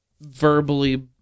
verbally